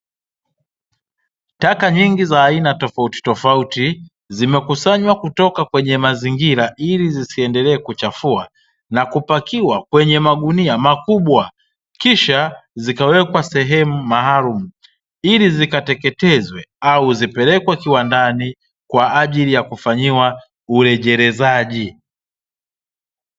Taka nyingi za aina tofautitofauti, zimekusanywa kutoka kwenye mazingira ili zisiendelee kuchafua, na kupakiwa kwenye magunia makubwa, kisha zikawekwa sehemu maalumu; ili zikateketezwe au zipelekwe kiwandani, kwa ajili ya kufanyiwa urejelezaji.